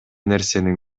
нерсени